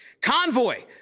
Convoy